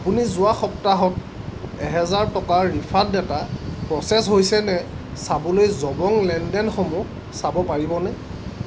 আপুনি যোৱা সপ্তাহত এহেজাৰ টকাৰ ৰিফাণ্ড এটা প্ৰ'চেছ হৈছে নে চাবলৈ জবং লেনদেনসমূহ চাব পাৰিবনে